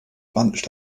bunched